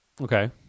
Okay